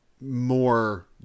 more